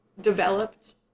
developed